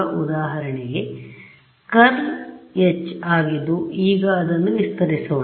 ಉದಾಹರಣೆಗೆ curl H ಆಗಿದ್ದುಈಗ ಅದನ್ನು ವಿಸ್ತರಿಸೋಣ